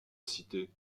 cité